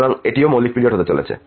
সুতরাং এটিও মৌলিক পিরিয়ড হতে চলেছে